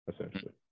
essentially